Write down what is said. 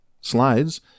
Slides